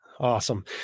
Awesome